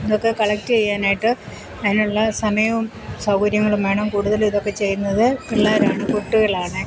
ഇതൊക്കെ കളക്റ്റ് ചെയ്യാനായിട്ട് അതിനുള്ള സമയവും സൗകര്യങ്ങളും വേണം കൂടുതൽ ഇതൊക്കെ ചെയ്യുന്നത് പിള്ളേരാണ് കുട്ടികളാണ്